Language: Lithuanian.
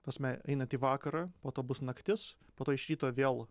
ta prasme einat į vakarą po to bus naktis po to iš ryto vėl